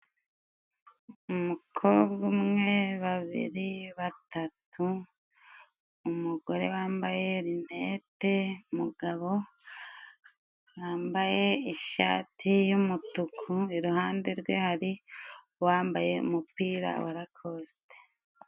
Umukobwa umwe babiri batatu, umugore wambaye rinete, umugabo wambaye ishati y'umutuku iruhande rwe hari uwambaye umupira wa rakosite.